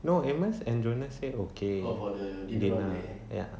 no amos and jonas said okay ya ya